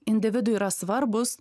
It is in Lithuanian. individui yra svarbūs